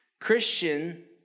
Christian